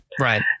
Right